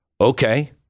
Okay